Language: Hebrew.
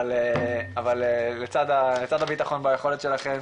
אבל לצד הביטחון ביכולת שלכם